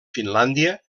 finlàndia